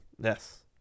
Yes